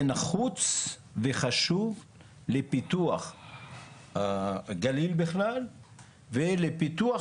זה נחוץ וחשוב לפיתוח הגליל בכלל ולפיתוח